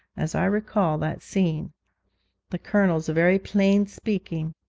as i recall that scene the colonel's very plain speaking,